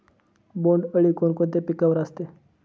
बोंडअळी कोणकोणत्या पिकावर असते?